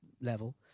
level